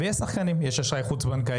יש שחקנים יש אשראי חוץ-בנקאי,